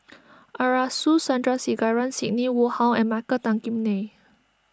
Arasu Sandrasegaran Sidney Woodhull and Michael Tan Kim Nei